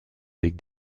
avec